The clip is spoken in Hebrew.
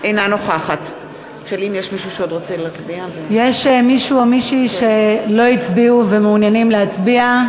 אינה נוכחת יש מישהו או מישהי שלא הצביעו ומעוניינים להצביע?